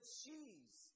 cheese